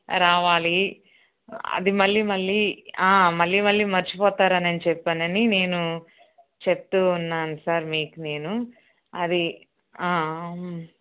రావాలి అది మళ్లీ మళ్లీ మళ్లీ మళ్లీ మర్చిపోతారనని చెప్పి నేను చెప్తూ ఉన్నాను సార్ మీకు నేను అది